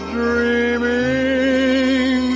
dreaming